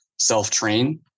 self-train